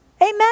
Amen